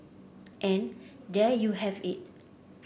and there you have it